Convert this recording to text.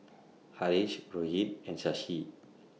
Haresh Rohit and Shashi